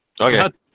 Okay